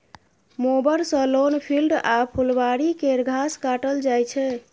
mower सँ lawn, field आ फुलबारी केर घास काटल जाइ छै